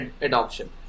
adoption